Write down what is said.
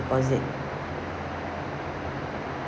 oh is it